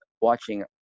watching